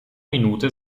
minute